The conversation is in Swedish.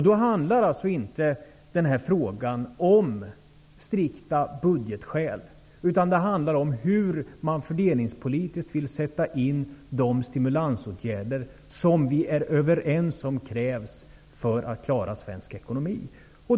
Då handlar den här frågan alltså inte om strikta budgetskäl, utan den handlar om hur man fördelningspolitiskt vill sätta in de stimulansåtgärder som vi är överens om krävs för att klara svensk ekonomi.